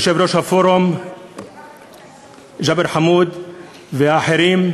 יושב-ראש הפורום ג'אבר חמוד והאחרים,